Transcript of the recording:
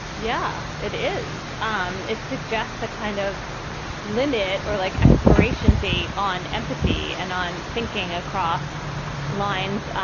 yeah, it is. um it suggests a kind of linnett or like expiration date on empathy and on thinking across lines,